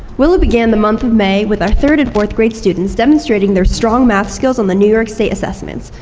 willow began the month of may with our third and fourth grade students demonstrating their strong math skills on the new york state assessments.